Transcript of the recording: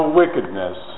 wickedness